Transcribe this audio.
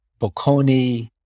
Bocconi